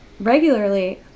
Regularly